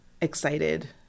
excited